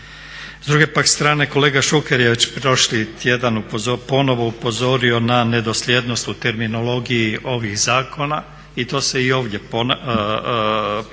S druge pak strane kolega Šuker je već prošli tjedan ponovo upozorio na nedosljednost u terminologiji ovih zakona i to se i ovdje ponavlja.